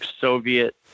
Soviet